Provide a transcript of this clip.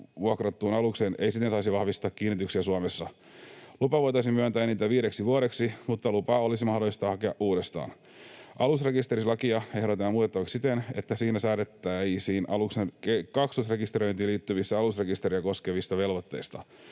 vuokrattuun alukseen ei siten saisi vahvistaa kiinnityksiä Suomessa. Lupa voitaisiin myöntää enintään viideksi vuodeksi, mutta lupaa olisi mahdollista hakea uudestaan. Alusrekisterilakia ehdotetaan muutettavaksi siten, että siinä säädettäisiin aluksen kaksoisrekisteröintiin liittyvistä alusrekisteriä koskevista velvoitteista.